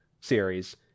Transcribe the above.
series